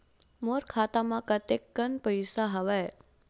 मोर खाता म कतेकन पईसा हवय?